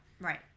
Right